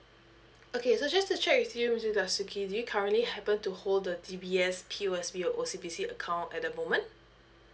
okay so just to check with you mister dasuki do you currently happen to hold the D_B_S P_O_S_B or O_C_B_C account at the moment